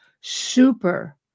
super